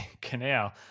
canal